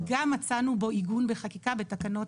וגם מצאנו בו עיגון בחקיקה בתקנות,